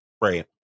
Right